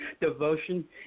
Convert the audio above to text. devotion